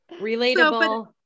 Relatable